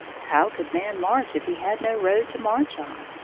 how could man march if he had no road to march on?